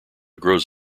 grows